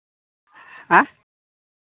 ᱦᱮᱸ